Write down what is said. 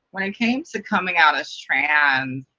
when it came to coming out as trans,